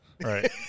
Right